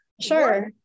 sure